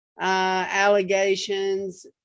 allegations